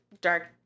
Dark